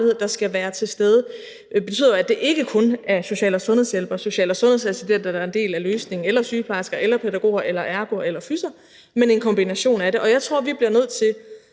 der skal være til stede, betyder, at det ikke kun er social- og sundhedshjælpere, social- og sundhedsassistenter, der er en del af løsningen – eller sygeplejersker eller pædagoger eller ergo- eller fysioterapeuter – men en kombination af det. Jeg tror, vi bliver nødt til